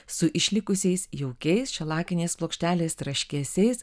su išlikusiais jaukiais šalakinės plokštelės traškesiais